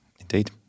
Indeed